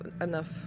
enough